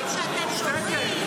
אבל בסדר.